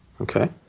Okay